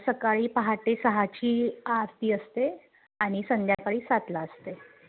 सकाळी पहाटे सहाची आरती असते आणि संध्याकाळी सातला असते